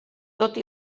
tot